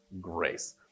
grace